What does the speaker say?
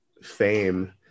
fame